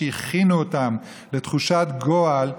שהכינו אותם לתחושת גועל,